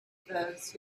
those